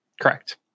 correct